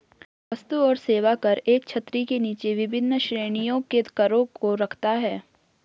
वस्तु और सेवा कर एक छतरी के नीचे विभिन्न श्रेणियों के करों को रखता है